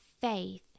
faith